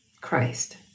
Christ